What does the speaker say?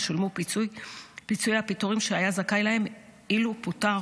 ישולמו פיצויי הפיטורים שהיה זכאי להם כאילו פוטר.